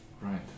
Right